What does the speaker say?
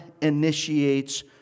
initiates